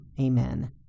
Amen